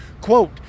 quote